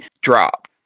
drop